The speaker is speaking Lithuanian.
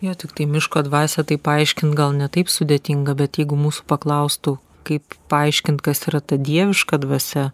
jo tiktai miško dvasią tai paaiškint gal ne taip sudėtinga bet jeigu mūsų paklaustų kaip paaiškint kas yra ta dieviška dvasia